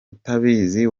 utabizi